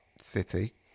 city